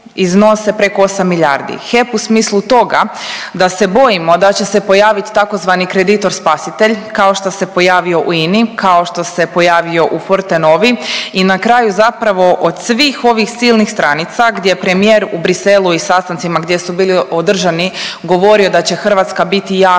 HEP u smislu toga da se bojimo da će se pojavit tzv. kreditor spasitelj kao što se pojavio u INA-i, kao što se pojavio u Fortenovi i na kraju zapravo od svih ovih silnih stranica gdje je premijer u Briselu i sastancima gdje su bili održani govorio da će Hrvatska biti jako